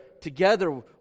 together